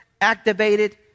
activated